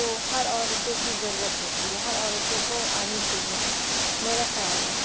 تو ہر عورتوں کی ضرورت ہوتی ہے ہر عورتوں کو آنی چاہیے میرے خیال میں